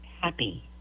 happy